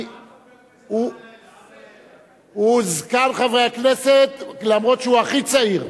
הוא זקן חברי הכנסת, למרות שהוא הכי צעיר.